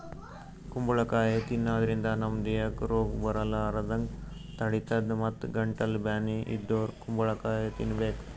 ಕುಂಬಳಕಾಯಿ ತಿನ್ನಾದ್ರಿನ್ದ ನಮ್ ದೇಹಕ್ಕ್ ರೋಗ್ ಬರಲಾರದಂಗ್ ತಡಿತದ್ ಮತ್ತ್ ಗಂಟಲ್ ಬ್ಯಾನಿ ಇದ್ದೋರ್ ಕುಂಬಳಕಾಯಿ ತಿನ್ಬೇಕ್